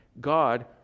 god